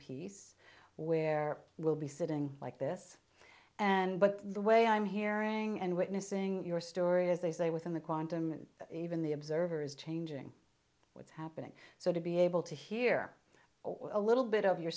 piece where we'll be sitting like this and but the way i'm hearing and witnessing your story is they say within the quantum and even the observer is changing what's happening so to be able to hear a little bit of your